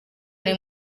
ari